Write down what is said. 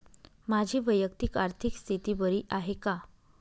माझी वैयक्तिक आर्थिक स्थिती बरी आहे का?